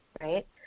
right